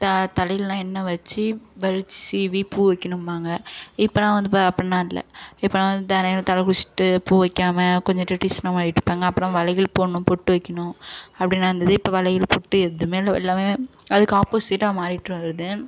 தலையிலலாம் எண்ணெய் வச்சு வழித்து சீவி பூ வைக்கணும்பாங்க இப்போலாம் வந்து அப்படிலாம் இல்லை இப்போலாம் வந்து தெனைலயும் தலை குளித்துட்டு பூ வைக்காம கொஞ்சம் ட்ரெடிஷனாக மாறிவிட்டாங்க அப்புறம் வளையல் போடணும் பொட்டு வைக்கணும் அப்படிலாம் இருந்தது இப்போ வளையல் பொட்டு எதுவுமே இல்லை எல்லாமே அதுக்கு ஆப்போசிட்டாக மாறிகிட்டு வருது